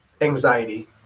anxiety